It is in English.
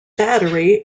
battery